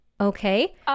okay